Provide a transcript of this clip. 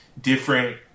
different